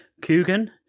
Coogan